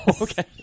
Okay